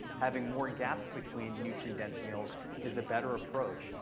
having more and gaps between nutrient-dense meals is a better approach.